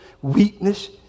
Weakness